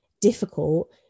difficult